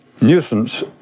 nuisance